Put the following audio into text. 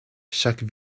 chaque